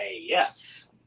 yes